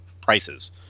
prices